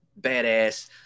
badass